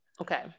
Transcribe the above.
okay